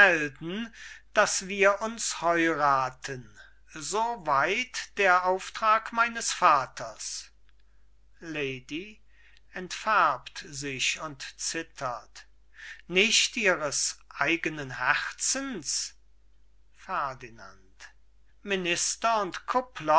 daß wir uns heirathen so weit der auftrag meines vaters lady entfärbt sich und zittert nicht ihres eigenen herzens ferdinand